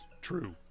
True